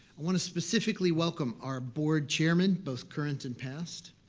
i want to specifically welcome our board chairmen, both current and past,